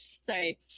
sorry